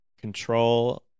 control